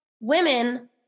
women